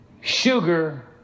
sugar